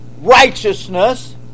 righteousness